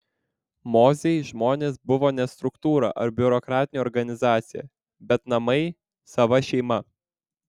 mozei žmonės buvo ne struktūra ar biurokratinė organizacija bet namai sava šeima